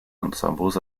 ensembles